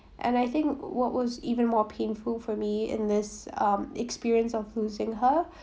and I think what was even more painful for me in this um experience of losing her